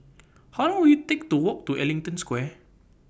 How Long Will IT Take to Walk to Ellington Square